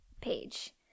page